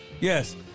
Yes